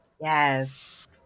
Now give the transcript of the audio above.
yes